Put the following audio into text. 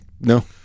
No